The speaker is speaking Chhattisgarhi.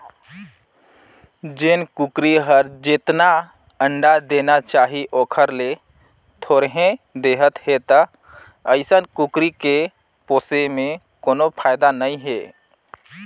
जेन कुकरी हर जेतना अंडा देना चाही ओखर ले थोरहें देहत हे त अइसन कुकरी के पोसे में कोनो फायदा नई हे